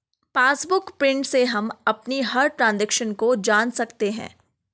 passbook print से हम अपनी हर ट्रांजेक्शन को जान सकते है